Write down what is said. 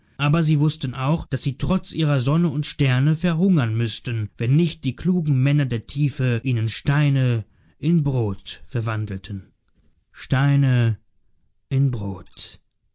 aber sie wußten auch daß sie trotz ihrer sonne und sterne verhungern müßten wenn nicht die klugen männer der tiefe ihnen steine in brot verwandelten steine in